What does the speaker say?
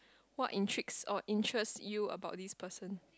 what intrigues or interests you about this person